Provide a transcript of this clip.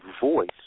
voice